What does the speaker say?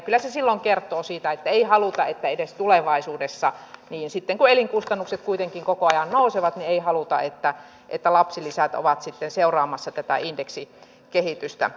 kyllä se silloin kertoo siitä että ei haluta että edes tulevaisuudessa kun elinkustannukset kuitenkin koko ajan nousevat lapsilisät ovat seuraamassa tätä indeksikehitystä